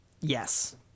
Yes